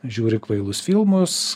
žiūri kvailus filmus